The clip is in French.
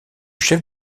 chef